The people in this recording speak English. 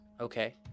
Okay